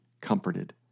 comforted